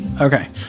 Okay